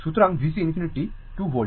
সুতরাং VC ∞ 2 volt